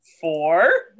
Four